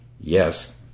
yes